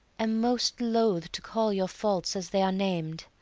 am most loath to call your faults as they are nam'd.